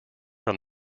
from